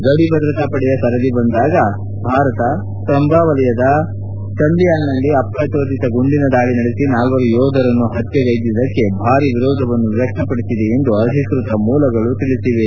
ಗಡಿ ಭದ್ರತಾ ಪಡೆಯ ಸರದಿ ಬಂದಾಗ ಭಾರತ ಸಂಬಾ ವಲಯದ ಚಂಬ್ಲಿಯಾಲ್ನಲ್ಲಿ ಅಪ್ರಚೋದಿತ ಗುಂಡಿನ ದಾಳ ನಡೆಸಿ ನಾಲ್ವರು ಯೋಧರನ್ನು ಹತ್ತೆಗೈಯ್ದಿದ್ದಕ್ಷೆ ಭಾರಿ ವಿರೋಧವನ್ನು ವ್ಯಕ್ತಪಡಿಸಿದೆ ಎಂದು ಅಧಿಕೃತ ಮೂಲಗಳು ತಿಳಿಸಿವೆ